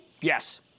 Yes